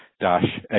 dash